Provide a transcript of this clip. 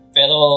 pero